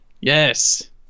Yes